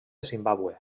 zimbàbue